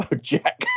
Jack